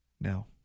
No